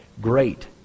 great